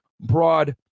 broad